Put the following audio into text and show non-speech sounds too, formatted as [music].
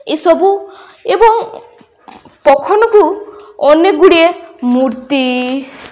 ଏସବୁ ଏବଂ [unintelligible] ଅନେକ ଗୁଡ଼ିଏ ମୂର୍ତ୍ତି